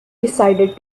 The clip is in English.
decided